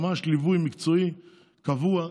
ממש ליווי מקצועי קבוע,